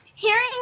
Hearing